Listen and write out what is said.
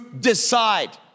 decide